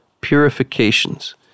purifications